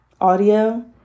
audio